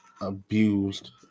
abused